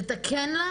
לתקן,